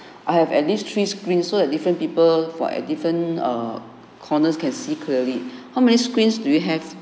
I have at least three screen so different people for a different err corners can see clearly how many screens do you have